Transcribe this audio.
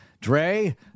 Dre